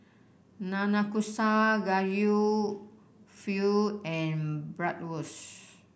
Nanakusa Gayu Pho and Bratwurst